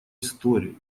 истории